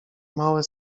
małe